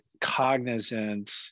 cognizant